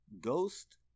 Ghost